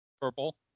Purple